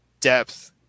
depth